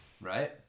right